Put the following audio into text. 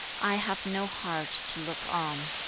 i have no heart to look on.